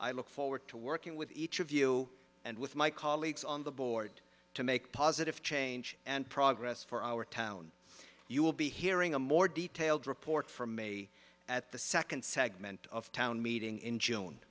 i look forward to working with each of you and with my colleagues on the board to make positive change and progress for our town you will be hearing a more detailed report from may at the second segment of town meeting in june